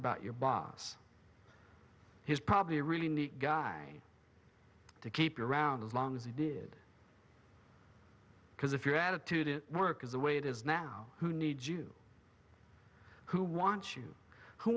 about your boss he's probably a really nice guy to keep you around as long as he did because if your attitude it work is the way it is now who needs you who wants you who